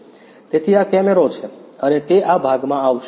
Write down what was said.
તેથી આ કેમેરો છે અને તે આ ભાગમાં આવશે